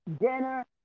dinner